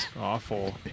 Awful